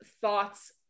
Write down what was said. thoughts